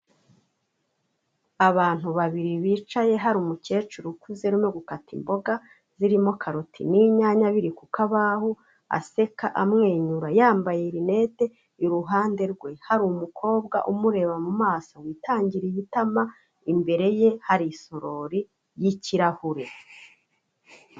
abantu babiri bicaye hari umukecuru ukuze urimo gukata imboga zirimo karoti n'inyanya biri ku kabaho aseka amwenyura yambaye amadarubindi, iruhande rwe hari umukobwa umureba mu maso witangiriye itama imbere ye hari isorori y'ikirahure.